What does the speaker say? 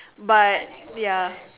but ya